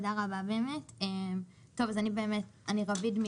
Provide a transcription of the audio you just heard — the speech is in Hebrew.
אני רביד,